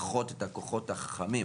פחות את הכוחות החכמים.